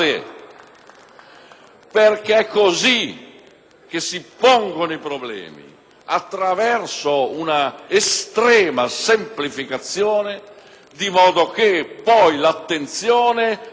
Perché è così che si pongono i problemi, attraverso un'estrema semplificazione, di modo che poi l'attenzione si